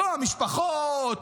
לא המשפחות,